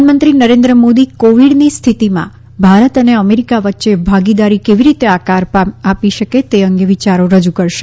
પ્રધાનમંત્રી નરેન્દ્ર મોદી કોવિડની સ્થિતિમાં ભારત અને અમેરિકા વચ્ચે ભાગીદારી કેવી રીતે આકાર આપી શકે છે તે અંગે વિચારો રજૂ કરશે